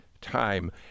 time